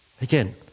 Again